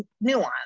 nuance